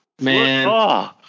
Man